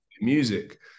music